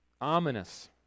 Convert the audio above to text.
ominous